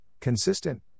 consistent